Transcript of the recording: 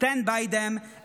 stand by them,